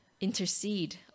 intercede